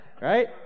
right